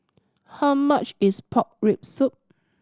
how much is pork rib soup